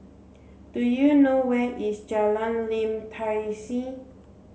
do you know where is Jalan Lim Tai See